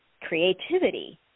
creativity